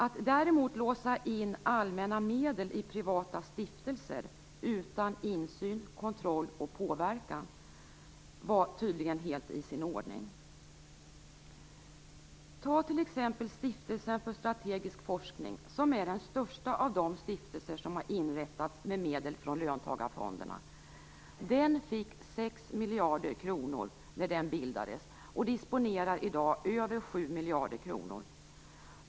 Att däremot låsa in allmänna medel i privata stiftelser utan insyn, kontroll och påverkan var tydligen helt i sin ordning. Ta t.ex. Stiftelsen för strategisk forskning, som är den största av de stiftelser som har inrättats med medel från löntagarfonderna. Den fick 6 miljarder kronor när den bildades, och disponerar i dag över 7 miljarder kronor.